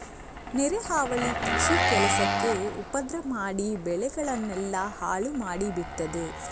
ನೆರೆ ಹಾವಳಿ ಕೃಷಿ ಕೆಲಸಕ್ಕೆ ಉಪದ್ರ ಮಾಡಿ ಬೆಳೆಗಳನ್ನೆಲ್ಲ ಹಾಳು ಮಾಡಿ ಬಿಡ್ತದೆ